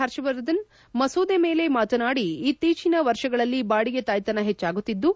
ಹರ್ಷವರ್ಧನ್ ಮಸೂದೆ ಮೇಲೆ ಮಾತನಾಡಿ ಇತ್ತೀಚಿನ ವರ್ಷಗಳಲ್ಲಿ ಬಾಡಿಗೆ ತಾಯ್ತನ ಹೆಚ್ಚಾಗುತ್ತಿದ್ದು